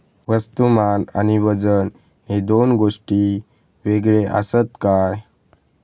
वस्तुमान आणि वजन हे दोन गोष्टी वेगळे आसत काय?